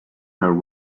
her